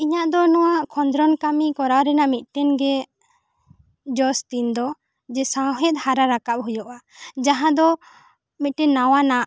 ᱤᱧᱟᱹᱜ ᱫᱚ ᱱᱚᱣᱟ ᱠᱷᱚᱸᱫᱽᱨᱚᱱ ᱠᱟᱹᱢᱤ ᱠᱚᱨᱟᱣ ᱨᱮᱱᱟᱜ ᱢᱤᱫ ᱴᱮᱱ ᱜᱮ ᱡᱚᱥ ᱛᱤᱧ ᱫᱚ ᱡᱮ ᱥᱟᱶᱦᱮᱫ ᱦᱟᱨᱟ ᱨᱟᱠᱟᱱ ᱦᱩᱭᱩᱜᱼᱟ ᱡᱟᱦᱟᱸ ᱫᱚ ᱢᱤᱫᱴᱮᱱ ᱱᱟᱣᱟᱱᱟᱜ